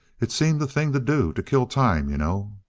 it seemed the thing to do to kill time, you know.